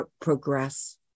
progress